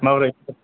माबोरै